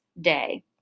day